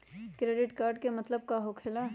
Credit card के मतलब का होकेला?